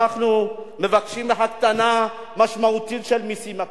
אנחנו מבקשים הקטנה משמעותית של מסים עקיפים.